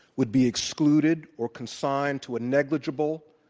would be excluded or consigned to a negligible,